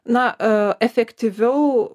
na a efektyviau